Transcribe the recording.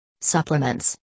Supplements